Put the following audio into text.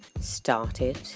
started